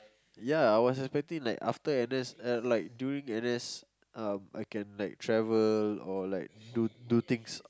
ya I was expecting like after N_S uh like during N_S um I can like travel or like do do things